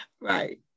right